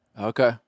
Okay